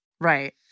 right